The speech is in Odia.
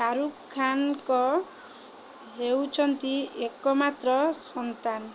ଶାହରୁଖ ଖାନଙ୍କ ହେଉଛନ୍ତି ଏକମାତ୍ର ସନ୍ତାନ